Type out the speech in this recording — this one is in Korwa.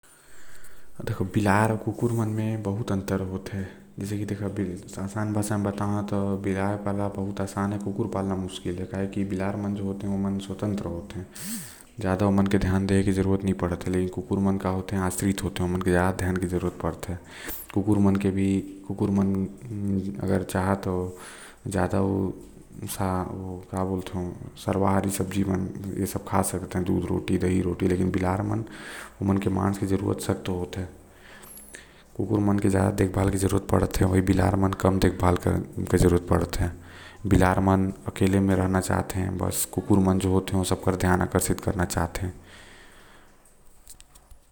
बिलाई आऊ कुकुर मन म बहुत अंतर होते काबर की बिलार मन स्वतंत्र होते ओमन के ढेर देखभाल करे के जरूरत नो हे। आऊ ऐसे ने बिलाई ल पालना आसान होएल। कुकुर मन जो हैं ओ आश्रित होते आऊ ओमन के ढेर देखभाल करे के जरूरत पड़ते।